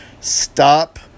Stop